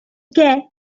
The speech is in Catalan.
què